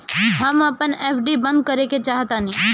हम अपन एफ.डी बंद करेके चाहातानी